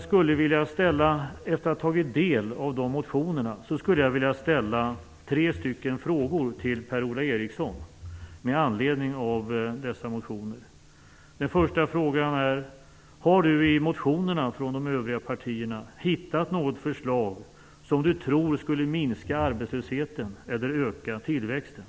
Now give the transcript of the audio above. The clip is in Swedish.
Efter att ha tagit del av motionerna skulle jag, med anledning av dessa motioner, vilja ställa tre frågor till Den första frågan är: Har Per-Ola Eriksson i motionerna från de övriga partierna hittat något förslag som han tror skulle minska arbetslösheten eller öka tillväxten?